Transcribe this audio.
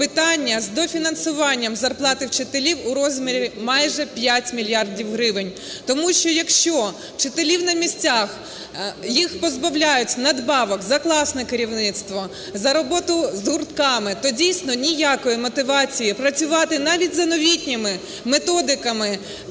питання з дофінансуванням зарплати вчителів у розмірі майже 5 мільярдів гривень. Тому що, якщо вчителів на місцях, їх позбавляють надбавок за класне керівництво, за роботу з гуртками, то, дійсно, ніякої мотивації працювати навіть за новітніми методиками,